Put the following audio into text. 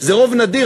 זה רוב נדיר,